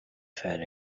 fat